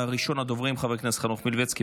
ראשון הדוברים, חבר הכנסת חנוך מלביצקי,